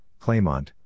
Claymont